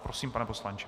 Prosím, pane poslanče.